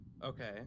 okay